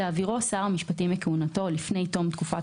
יעבירו שר המשפטים מכהונתו לפני תום תקופת